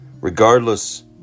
Regardless